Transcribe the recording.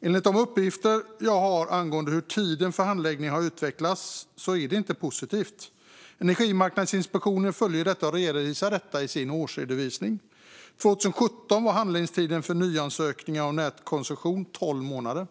Enligt de uppgifter jag har angående hur tiden för handläggning har utvecklats är det inte positivt. Energimarknadsinspektionen följer detta och redovisar det i sin årsredovisning. År 2017 var handläggningstiden för nyansökning om nätkoncession 12 månader.